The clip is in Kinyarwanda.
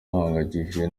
bahangayikishijwe